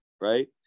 right